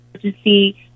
emergency